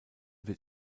wird